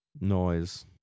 noise